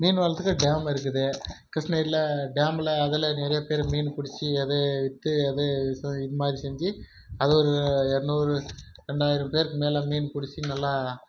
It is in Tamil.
மீன் வளத்துக்கு டேம் இருக்குது கிருஷ்ணகிரியில் டேமில் அதில் நிறைய பேர் மீன் புடிச்சு அதை விற்று அதே இதுமாதிரி செஞ்சு அது ஒரு இரநூறு ரெண்டாயிரம் பேருக்கு மேலே மீன் புடிச்சு நல்லா